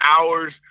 hours